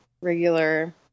Regular